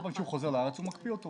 כל פעם שהוא חוזר לארץ, הוא מקפיא אותו.